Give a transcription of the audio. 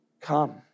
come